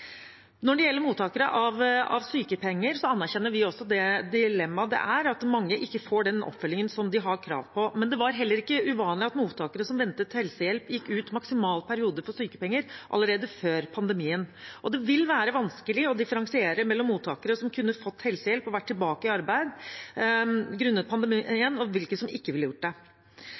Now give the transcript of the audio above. Når det gjelder mottakere av sykepenger, anerkjenner vi også det dilemmaet det er at mange ikke får den oppfølgingen som de har krav på. Men det var heller ikke uvanlig at mottakere som ventet på helsehjelp, gikk ut maksimal periode for sykepenger allerede før pandemien. Det vil være vanskelig å differensiere mellom hvilke mottakere som kunne fått helsehjelp og vært tilbake i arbeid grunnet pandemien, og hvilke som ikke ville vært det.